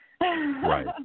Right